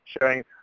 sharing